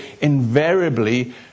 invariably